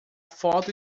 foto